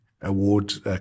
Awards